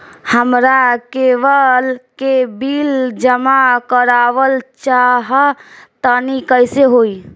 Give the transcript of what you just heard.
हमरा केबल के बिल जमा करावल चहा तनि कइसे होई?